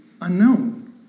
unknown